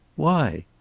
why?